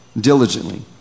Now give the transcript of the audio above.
Diligently